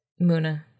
Muna